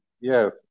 Yes